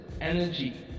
energy